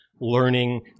learning